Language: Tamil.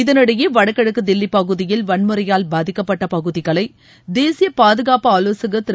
இதளிடையே வடகிழக்கு தில்லி பகுதியில் வன்முறையால் பாதிக்கப்பட்ட பகுதிகளை தேசியப் பாதுகாப்பு ஆலோசகா் திரு